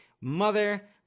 Mother